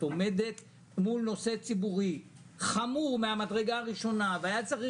את עומדת מול נושא ציבור חמור מהמדרגה הראשונה והיה צריך